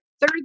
Third